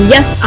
Yes